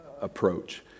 approach